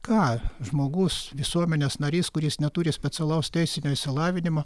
ką žmogus visuomenės narys kuris neturi specialaus teisinio išsilavinimo